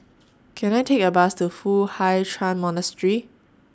Can I Take A Bus to Foo Hai Ch'An Monastery